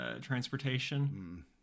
transportation